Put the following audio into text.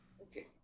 Okay